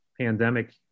pandemic